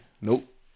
Nope